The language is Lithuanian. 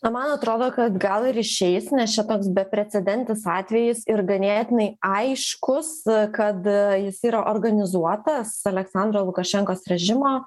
na man atrodo kad gal ir išeis nes čia toks beprecedentis atvejis ir ganėtinai aiškus kad jis yra organizuotas aleksandro lukašenkos režimo